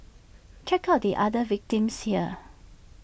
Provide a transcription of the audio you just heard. check out the other victims here